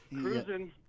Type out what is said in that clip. Cruising